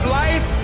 life